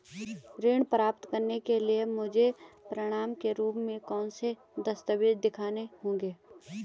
ऋण प्राप्त करने के लिए मुझे प्रमाण के रूप में कौन से दस्तावेज़ दिखाने होंगे?